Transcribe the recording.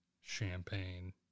champagne